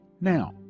now